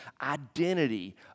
identity